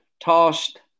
Tossed